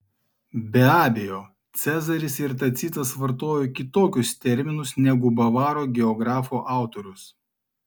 be abejo cezaris ir tacitas vartojo kitokius terminus negu bavarų geografo autorius